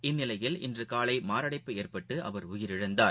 இந்நிலையில் இன்றுகாவைமாரடைப்பு ஏற்பட்டுஅவர் உயிரிழந்தார்